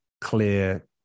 clear